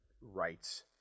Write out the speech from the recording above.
rights